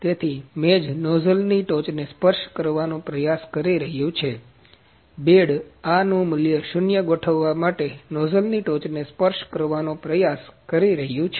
તેથી મેજ નોઝલની ટોચને સ્પર્શ કરવાનો પ્રયાસ કરી રહ્યું છે બેડ આ નું મૂલ્ય શૂન્ય ગોઠવવા માટે નોઝલની ટોચને સ્પર્શ કરવાનો પ્રયાસ કરી રહ્યું છે